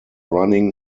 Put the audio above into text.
running